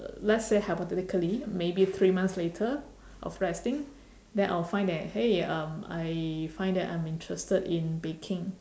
let's say hypothetically maybe three months later of resting then I will find that !hey! um I find that I'm interested in baking